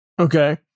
okay